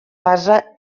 base